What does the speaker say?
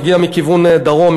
הגיע מכיוון דרום,